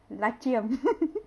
lucky them